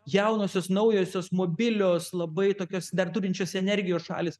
jaunosios naujosios mobilios labai tokios dar turinčios energijos šalys